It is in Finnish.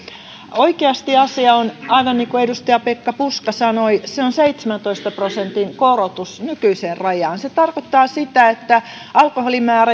oikeasti asia on aivan niin kuin edustaja pekka puska sanoi se on seitsemäntoista prosentin korotus nykyiseen rajaan se tarkoittaa sitä että alkoholin määrän